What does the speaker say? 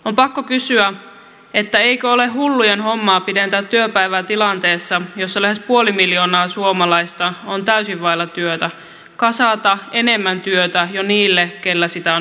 on pakko kysyä eikö ole hullujen hommaa pidentää työpäivää tilanteessa jossa lähes puoli miljoonaa suomalaista on täysin vailla työtä kasata enemmän työtä jo niille keillä sitä on ennestään